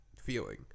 Feeling